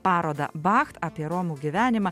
parodą bacht apie romų gyvenimą